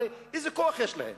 הרי איזה כוח יש להם?